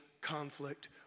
conflict